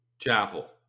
chapel